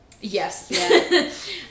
Yes